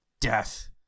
death